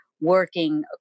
working